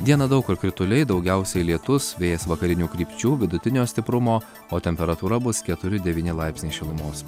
dieną daug kur krituliai daugiausiai lietus vėjas vakarinių krypčių vidutinio stiprumo o temperatūra bus keturi devyni laipsniai šilumos